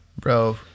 Bro